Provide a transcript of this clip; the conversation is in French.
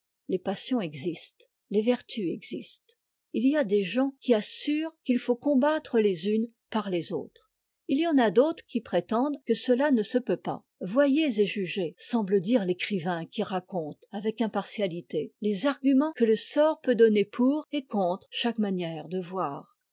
les passions existent les vertus existent it y a des gens qui assurent qu'il faut combattre les unes par les autres il y en a d'autres qui prétendent que cela ne se peut pas voyez et jugez semble dire l'écrivain qui raconte avec impartialité les arguments que le sort peut donner pour et contre chaque manière de voir